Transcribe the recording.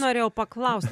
norėjau paklaust